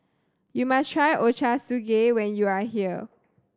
you must try Ochazuke when you are here